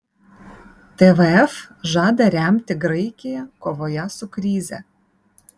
tvf žada remti graikiją kovoje su krize